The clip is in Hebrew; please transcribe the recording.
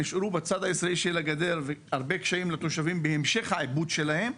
בצד הישראלי של הגדר ויש לתושבים הרבה קשיים בהמשך העיבוד שלהם,